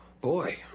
Boy